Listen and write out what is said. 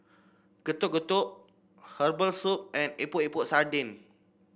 Getuk Getuk Herbal Soup and Epok Epok Sardin